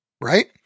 right